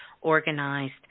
organized